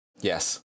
Yes